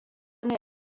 ne